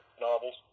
novels